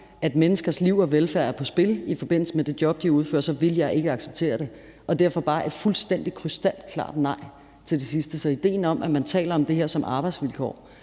at menneskers liv og velfærd er på spil i forbindelse med det job, de udfører, vil jeg ikke acceptere det. Derfor vil jeg sige et fuldstændig krystalklar klart nej til det sidste. Så idéen om, at man taler om det her som arbejdsvilkår